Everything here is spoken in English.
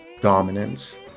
dominance